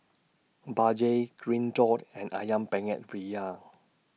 Bajaj Green Dot and Ayam Penyet Ria